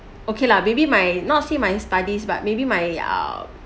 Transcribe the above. okay lah maybe my not say my studies but maybe my uh